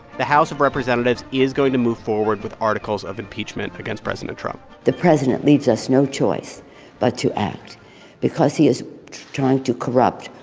the house of representatives is going to move forward with articles of impeachment against president trump the president leaves us no choice but to act because he is trying to corrupt,